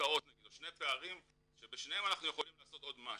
שני פערים שבשניהם אנחנו יכולים לעשות עוד משהו,